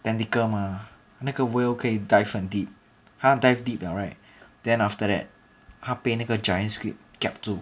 tentacle mah 那个 whale 可以 dive 很 deep 他 dive deep liao right then after that 他被那个 giant kiap 住